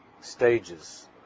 stages